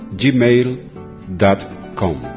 gmail.com